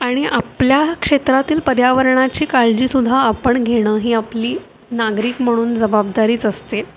आणि आपल्या क्षेत्रातील पर्यावरणाची काळजीसुद्धा आपण घेणं ही आपली नागरिक म्हणून जबाबदारीच असते